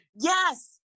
Yes